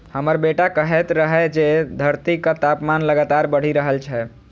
हमर बेटा कहैत रहै जे धरतीक तापमान लगातार बढ़ि रहल छै